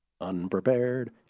unprepared